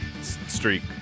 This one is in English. streak